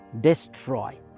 destroy